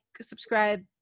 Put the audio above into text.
subscribe